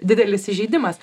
didelis įžeidimas